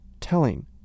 telling